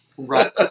Right